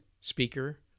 speaker